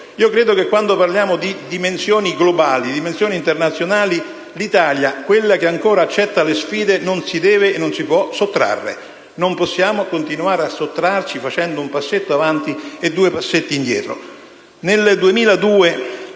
Credo che quando parliamo di dimensioni globali ed internazionali, l'Italia - quella che ancora accetta le sfide - non si debba e non si possa sottrarre: non possiamo continuare a fare un passetto avanti e due passetti indietro.